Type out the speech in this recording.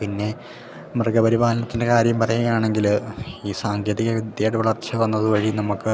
പിന്നെ മൃഗ പരിപാലനത്തിൻ്റെ കാര്യം പറയുക ആണെങ്കിൽ ഈ സാങ്കേതിക വിദ്യയുടെ വളർച്ച വന്നത് വഴി നമുക്ക്